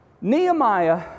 Nehemiah